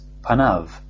panav